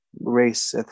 race